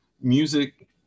music